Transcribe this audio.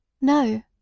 No